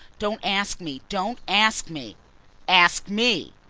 don't ask me, don't ask me ask me!